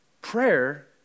prayer